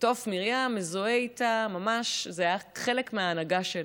ותוף מרים מזוהה איתה, זה היה חלק מההנהגה שלה.